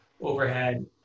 overhead